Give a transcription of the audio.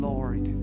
Lord